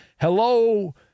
Hello